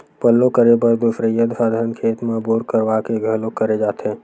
पल्लो करे बर दुसरइया साधन खेत म बोर करवा के घलोक करे जाथे